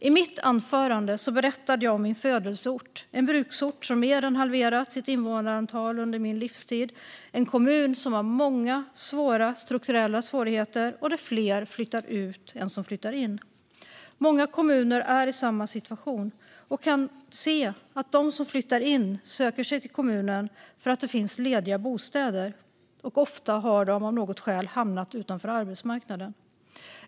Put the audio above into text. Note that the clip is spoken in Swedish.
I mitt anförande berättade jag om min födelseort, en bruksort som mer än halverat sitt invånarantal under min livstid, en kommun som har många strukturella svårigheter och där fler flyttar ut än som flyttar in. Många kommuner är i samma situation och kan se att de som flyttar in söker sig till kommunen för att det finns lediga bostäder. Ofta har de av något skäl hamnat utanför arbetsmarknaden.